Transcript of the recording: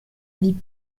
vie